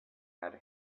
had